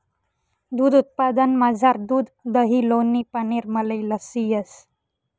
दूध उत्पादनमझार दूध दही लोणी पनीर मलई लस्सी येस